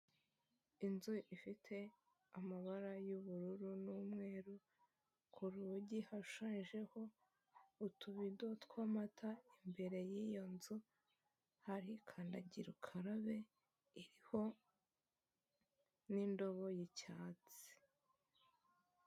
Inzu ifite amabara y'ubururu n'umweru ku rugi hashushanyijeho utubido tw'amata imbere y'iyo nzu harikandagira ukarabe iriho n'indobo y'icyatsi.